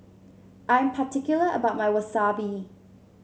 I am particular about my Wasabi